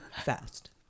fast